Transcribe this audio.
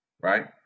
Right